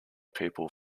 people